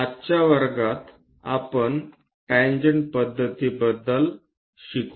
आजच्या वर्गात आपण टॅन्जेन्ट पद्धतीबद्दल शिकू